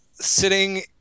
sitting